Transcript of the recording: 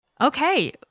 Okay